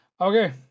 okay